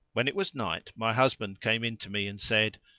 when it was night my husband came in to me and said,